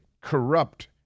corrupt